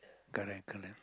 correct correct